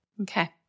Okay